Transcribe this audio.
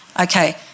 Okay